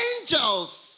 angels